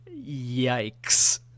yikes